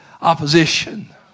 opposition